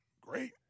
Great